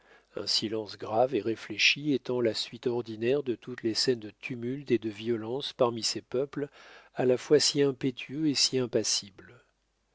un silence grave et réfléchi étant la suite ordinaire de toutes les scènes de tumulte et de violence parmi ces peuples à la fois si impétueux et si impassibles